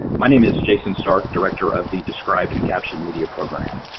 my name is jason stark, director of the described and captioned media program.